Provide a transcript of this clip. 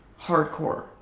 hardcore